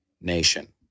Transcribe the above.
Nation